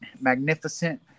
magnificent